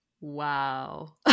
Wow